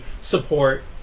support